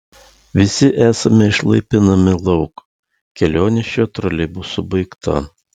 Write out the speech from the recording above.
visi esame išlaipinami lauk kelionė šiuo troleibusu baigta